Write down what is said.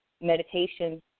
meditation